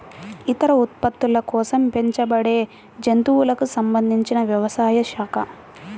ఇతర ఉత్పత్తుల కోసం పెంచబడేజంతువులకు సంబంధించినవ్యవసాయ శాఖ